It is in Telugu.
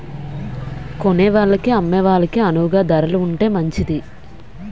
కొనేవాళ్ళకి అమ్మే వాళ్ళకి అణువుగా ధరలు ఉంటే మంచిది